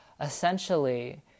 essentially